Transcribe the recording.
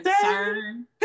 concern